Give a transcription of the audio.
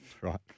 right